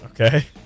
Okay